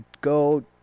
go